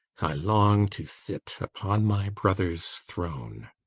i long to sit upon my brother's throne.